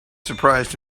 surprised